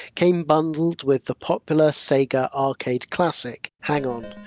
came bundled with the popular sega arcade classic hang on,